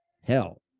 hell